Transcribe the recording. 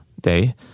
Day